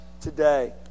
today